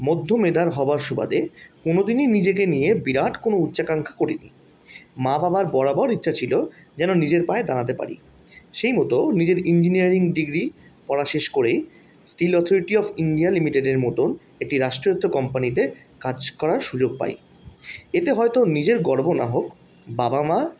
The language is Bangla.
মধ্য মেধার হবার সুবাদে কোনোদিনই নিজেকে নিয়ে বিরাট কোনো উচ্চাকাঙ্ক্ষা করিনি মা বাবার বরাবর ইচ্ছা ছিল যেন নিজের পায়ে দাঁড়াতে পারি সেই মতো নিজের ইঞ্জিনিয়ারিং ডিগ্রী পড়া শেষ করেই স্টিল অথরিটি অফ ইন্ডিয়া লিমিটেডের মতন একটি রাষ্ট্রায়ত্ত কোম্পানিতে কাজ করার সুযোগ পাই এতে হয়তো নিজের গর্ব না হোক বাবা মা